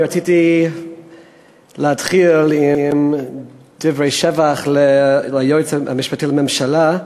אני רציתי להתחיל בדברי שבח ליועץ המשפטי לממשלה,